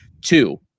Two